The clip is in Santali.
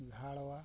ᱜᱷᱟᱲᱣᱟ